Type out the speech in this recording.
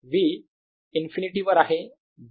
V infinity वर आहे 0 V ∞ 0